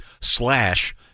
slash